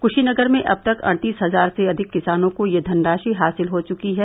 कूशीनगर में अब तक अड़तीस हज़ार से अधिक किसानों को यह धनराशि हासिल हो चुकी है